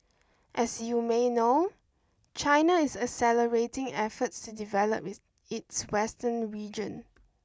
as you may know China is accelerating efforts to develop its western region